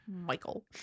Michael